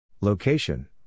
Location